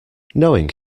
knowing